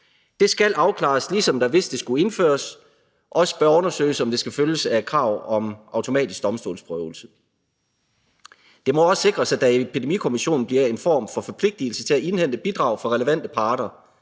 Det skal afklares, ligesom det, hvis det skulle indføres, også bør undersøges, om det skal følges af et krav om automatisk domstolsprøvelse. Det må også sikres, at der i epidemikommissionen bliver en form for forpligtigelse til at indhente bidrag fra relevante parter.